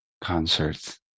concerts